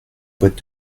boîte